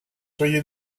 soyez